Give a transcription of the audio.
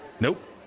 Nope